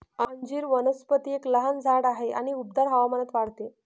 अंजीर वनस्पती एक लहान झाड आहे आणि उबदार हवामानात वाढते